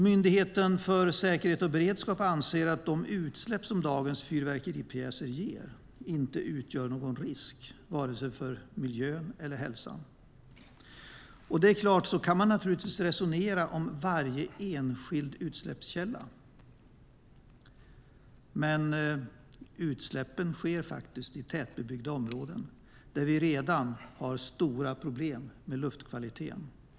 Myndigheten för säkerhet och beredskap anser att de utsläpp som dagens fyrverkeripjäser ger inte utgör någon risk för vare sig miljön eller hälsan. Så kan man naturligtvis resonera om varje enskild utsläppskälla, men utsläppen sker i tätbebyggda områden där vi redan har stora problem med luftkvaliteten.